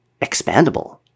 expandable